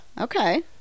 okay